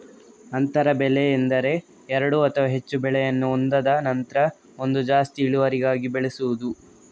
ಅಂತರ ಬೆಳೆ ಎಂದರೆ ಎರಡು ಅಥವಾ ಹೆಚ್ಚು ಬೆಳೆಯನ್ನ ಒಂದಾದ ನಂತ್ರ ಒಂದು ಜಾಸ್ತಿ ಇಳುವರಿಗಾಗಿ ಬೆಳೆಸುದು